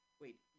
wait